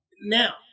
Now